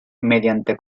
mediante